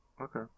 Okay